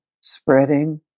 spreading